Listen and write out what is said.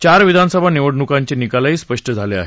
चार विधानसभा निवडणुकांचे निकालही स्पष्ट झाले आहेत